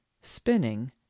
spinning